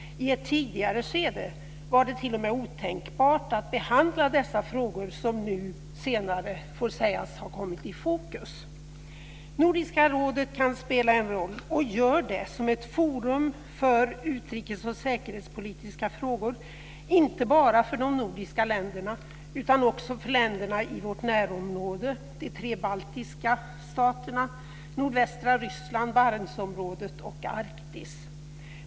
I ett tidigare skede var det t.o.m. otänkbart att behandla dessa frågor, som nu senare får sägas ha kommit i fokus. Nordiska rådet kan spela en roll, och gör det, som ett forum för utrikes och säkerhetspolitiska frågor, inte bara för de nordiska länderna utan också för länderna i vårt närområde: de tre baltiska staterna, nordvästra Ryssland, Barentsområdet och Arktis.